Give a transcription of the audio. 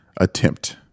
attempt